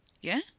Yeah